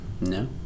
No